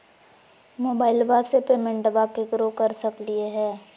मोबाइलबा से पेमेंटबा केकरो कर सकलिए है?